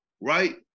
right